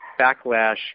backlash